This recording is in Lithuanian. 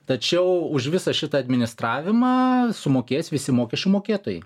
tačiau už visą šitą administravimą sumokės visi mokesčių mokėtojai